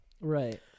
Right